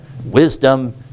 wisdom